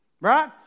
right